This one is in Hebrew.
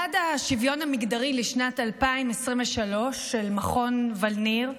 מדד השוויון המגדרי לשנת 2023 של מכון ון ליר,